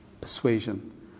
persuasion